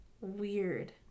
Weird